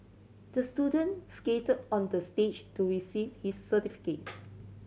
the student skate onto the stage to receive his certificate